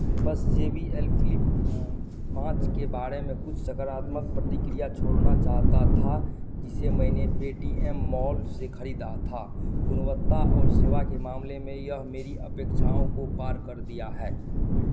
बस J B L flip पाँच के बारे में कुछ सकारात्मक प्रतिक्रिया छोड़ना चाहता था जिसे मैंने पेटीएम मॉल से खरीदा था गुणवत्ता और सेवा के मामले में यह मेरी अपेक्षाओं को पार कर दिया हैं